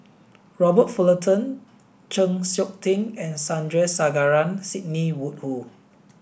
Robert Fullerton Chng Seok Tin and Sandrasegaran Sidney Woodhull